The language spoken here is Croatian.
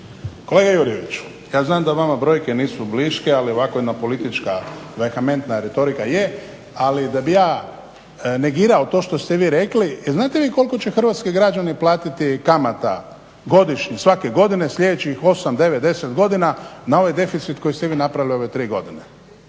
Kolega Jurjeviću, ja znam da vama brojke nisu bliske ali ovako jedna politička vehamentna retorika je. Ali da bih ja negirao to što ste vi rekli. Jel' znate vi koliko će hrvatski građani platiti kamata godišnje, svake godine sljedećih 8, 9, 10 godina na ovaj deficit koji ste vi napravili ove 3 godine?